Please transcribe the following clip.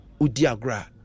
Udiagra